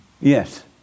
Yes